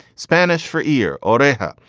spanish for ear, otaiba,